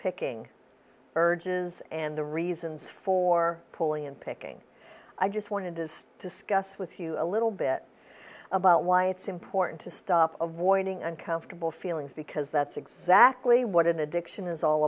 picking urges and the reasons for pulling and picking i just wanted to discuss with you a little bit about why it's important to stop avoiding uncomfortable feelings because that's exactly what it addiction is all